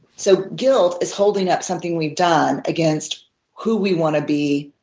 so guilt is holding up something we've done against who we want to be.